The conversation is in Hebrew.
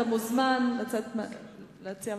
אתה מוזמן להציע מהצד.